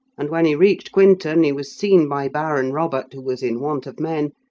and when he reached quinton, he was seen by baron robert, who was in want of men,